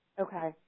Okay